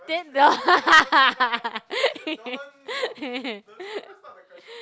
then the